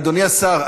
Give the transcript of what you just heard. אדוני השר,